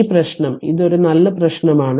ഈ പ്രശ്നം ഇത് ഒരു നല്ല പ്രശ്നമാണ്